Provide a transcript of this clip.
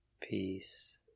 peace